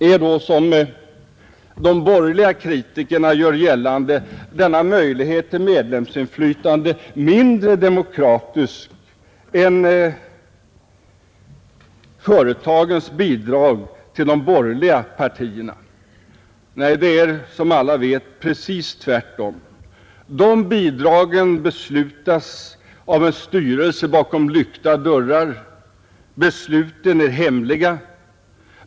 Är då, som de borgerliga kritikerna gör gällande, denna möjlighet till medlemsinflytande mindre demokratisk än företagens bidrag till de borgerliga partierna? Nej, det är som alla vet precis tvärtom. De bidragen beviljas av en styrelse bakom lyckta dörrar. Besluten är hemliga.